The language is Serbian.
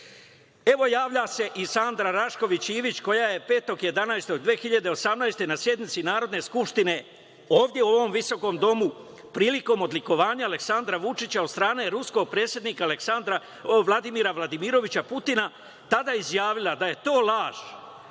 javlja se i Sanda Rašković Ivić koja je 5. novembra 2018. godine na sednici Narodne skupštine, ovde u ovom visokom domu, prilikom odlikovanja Aleksandra Vučića od strane ruskog predsednika, Vladimira Vladimirovića Putina, tada izjavila da je to laž.